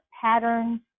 patterns